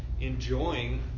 enjoying